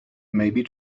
maybe